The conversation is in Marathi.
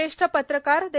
ज्येष्ठ पत्रकार दै